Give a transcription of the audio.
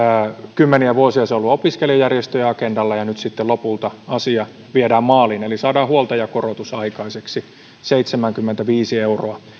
kymmeniä vuosia se on ollut opiskelijajärjestöjen agendalla ja nyt sitten lopulta asia viedään maaliin eli saadaan huoltajakorotus aikaiseksi seitsemänkymmentäviisi euroa